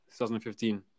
2015